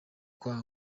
kwa